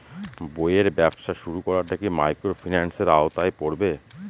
বইয়ের ব্যবসা শুরু করাটা কি মাইক্রোফিন্যান্সের আওতায় পড়বে?